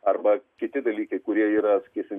arba kiti dalykai kurie yra sakysim